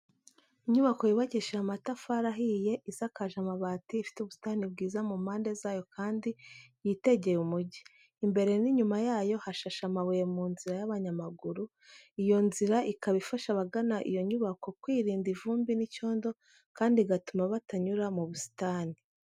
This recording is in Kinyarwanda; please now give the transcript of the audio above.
Inyubako yubakishije amatafari ahiye, isakaje amabati, ifite ubusitani bwiza mu mpande zayo kandi yitegeye umujyi. Imbere n'inyuma yayo hashashe amabuye mu nzira y'abanyamaguru, iyo nzira ikaba ifasha abagana iyo nyubako kwirinda ivumbi n'icyondo kandi igatuma batanyura mu busitani.